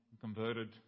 converted